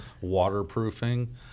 waterproofing